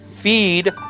Feed